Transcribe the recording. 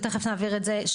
ותכף נעביר את זה,